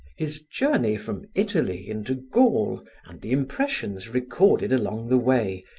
his journey from italy into gaul and the impressions recorded along the way,